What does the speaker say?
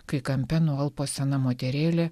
kai kampe nualpo sena moterėlė